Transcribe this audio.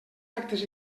actes